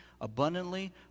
abundantly